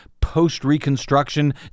post-Reconstruction